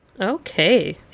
Okay